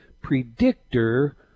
predictor